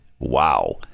Wow